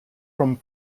vom